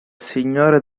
signore